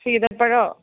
സീതപ്പഴമോ